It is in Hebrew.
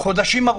חודשים ארוכים,